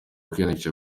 kwiyandikisha